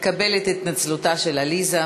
תקבל את התנצלותה של עליזה,